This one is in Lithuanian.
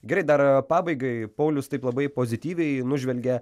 gerai dar pabaigai paulius taip labai pozityviai nužvelgė